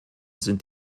sind